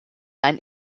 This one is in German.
ein